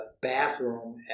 bathroom